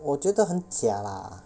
我觉得很假 lah